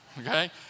Okay